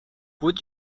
would